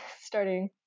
starting